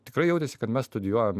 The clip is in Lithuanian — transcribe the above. tikrai jautėsi kad mes studijuojam